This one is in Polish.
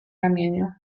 ramieniu